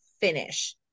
finish